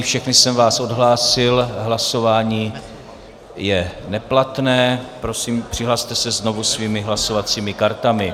Všechny jsem vás odhlásil, hlasování je neplatné, prosím, přihlaste se znovu svými hlasovacími kartami.